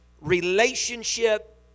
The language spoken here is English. relationship